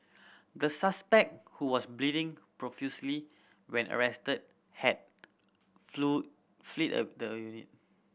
the suspect who was bleeding profusely when arrested had fled of the unit